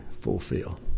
fulfill